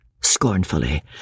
Scornfully